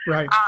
Right